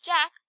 Jack